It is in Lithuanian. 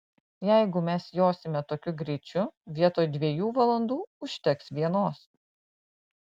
jeigu mes josime tokiu greičiu vietoj dviejų valandų užteks vienos